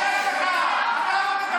תתביישו לכם.